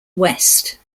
west